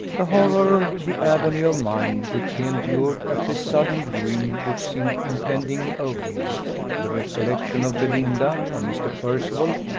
the horror, the agony of mind, which he endured at this sudden ruin which seemed impending over him the recollection of belinda, of mr. percival,